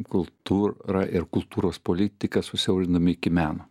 kultūrą ir kultūros politiką susiauriname iki meno